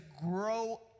grow